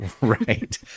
right